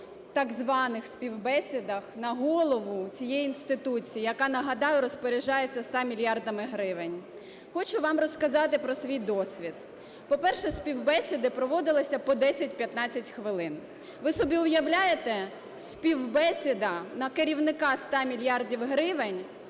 так званих співбесідах на голову цієї інституції, яка, нагадаю, розпоряджається 100 мільярдами гривень. Хочу вам розказати про свій досвід. По-перше, співбесіди проводилися по 10-15 хвилин. Ви собі уявляєте, співбесіда на керівника 100 мільярдів